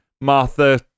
Martha